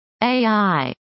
AI